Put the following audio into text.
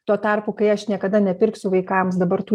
tuo tarpu kai aš niekada nepirksiu vaikams dabar tų